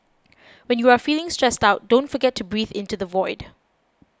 when you are feeling stressed out don't forget to breathe into the void